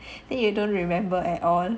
then you don't remember at all